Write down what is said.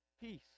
Peace